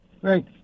Great